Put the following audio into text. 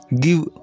give